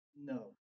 No